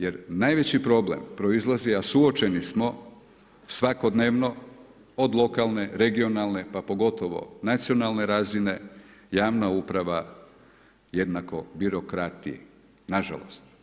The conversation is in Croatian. Jer najveći problem, proizlazi, a suočeni smo, svakodnevno, od lokalne, regionalne, pa pogotovo nacionalne razine, javna uprava, jednako birokrati, nažalost.